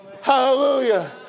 Hallelujah